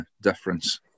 difference